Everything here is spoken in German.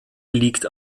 liegt